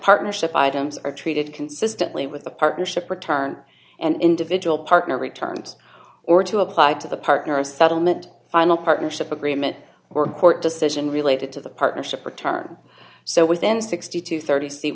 partnership items are treated consistently with a partnership return and individual partner returns or to apply to the partner settlement final partnership agreement were court decision related to the partnership or term so within sixty dollars to thirty